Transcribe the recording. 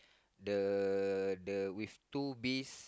the the with two bees